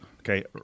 Okay